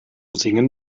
singen